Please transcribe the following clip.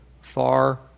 Far